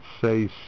say